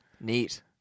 Neat